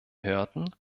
hörten